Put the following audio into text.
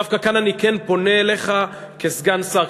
דווקא כאן אני כן פונה אליך כסגן שר,